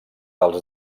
els